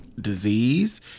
disease